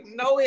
no